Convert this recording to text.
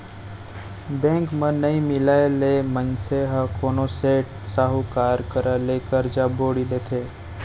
bank म नइ मिलय ले मनसे ह कोनो सेठ, साहूकार करा ले करजा बोड़ी लेथे